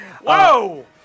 Whoa